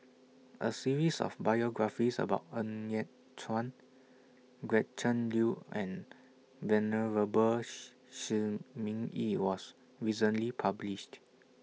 A series of biographies about Ng Yat Chuan Gretchen Liu and Venerable Shi Shi Ming Yi was recently published